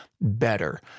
better